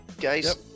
guys